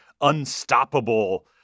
unstoppable